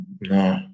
No